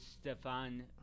Stefan